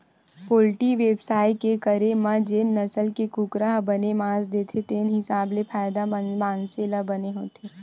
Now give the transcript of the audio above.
poultry बेवसाय के करे म जेन नसल के कुकरा ह बने मांस देथे तेने हिसाब ले फायदा मनसे ल बने होथे